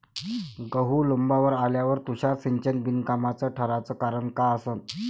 गहू लोम्बावर आल्यावर तुषार सिंचन बिनकामाचं ठराचं कारन का असन?